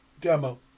demo